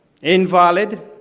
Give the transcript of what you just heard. invalid